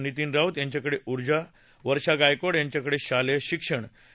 नितीन राऊत यांच्याकडे उर्जा वर्षा गायकवाड यांच्याकडे शालेय शिक्षण डॉ